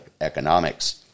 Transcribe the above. economics